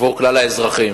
עבור כלל האזרחים.